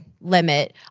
limit